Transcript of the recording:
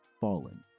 Fallen